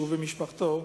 הוא ומשפחתו.